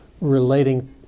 relating